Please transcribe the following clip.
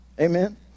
Amen